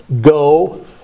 Go